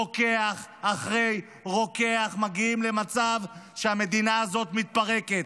רוקח אחרי רוקח, מגיעים למצב שהמדינה הזאת מתפרקת.